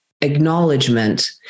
acknowledgement